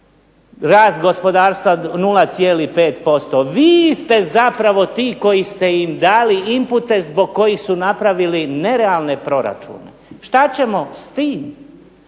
rast gospodarstva 0,5%. Vi ste zapravo ti koji ste im dali inpute zbog kojih su napravili nerealne proračune. Šta ćemo s tim?